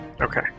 okay